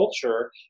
culture